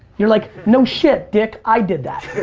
you're like, no shit, dick, i did that.